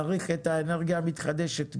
צריך את האנרגיה המתחדשת מרוח.